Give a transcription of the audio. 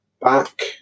back